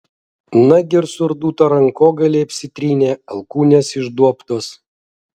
nagi ir surduto rankogaliai apsitrynę alkūnės išduobtos